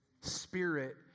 spirit